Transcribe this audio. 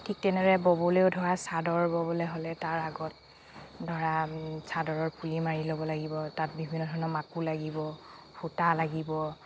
ঠিক তেনেদৰে ব'বলৈও ধৰা চাদৰ ব'বলৈ হ'লে তাৰ আগত ধৰা চাদৰৰ পুলি মাৰি ল'ব লাগিব তাত বিভিন্ন ধৰণৰ মাকো লাগিব সূতা লাগিব